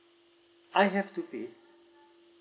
I have to pay